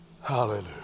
Hallelujah